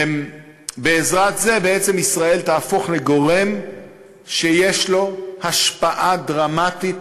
בעזרת זה בעצם ישראל תהפוך לגורם שיש לו השפעה דרמטית